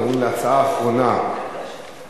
אנחנו עוברים להצעה האחרונה בסדר-היום,